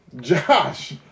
Josh